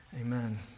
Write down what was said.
Amen